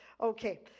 Okay